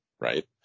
Right